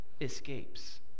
escapes